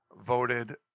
voted